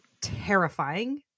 terrifying